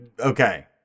Okay